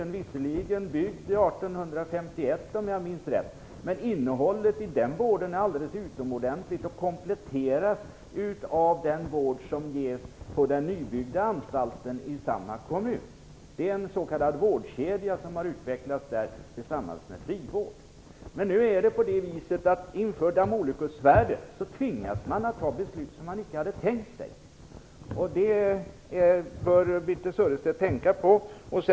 Den är visserligen byggd 1851, om jag minns rätt, men innehållet i vården där är alldeles utomordentligt och kompletteras av den vård som ges på den nybyggda anstalten i samma kommun. Det är s.k. vårdkedja som har utvecklats där tillsammans med frivård. Men inför damoklessvärdet tvingas man nu fatta beslut som man inte hade tänkt sig, och det bör Birthe Sörestedt tänka på.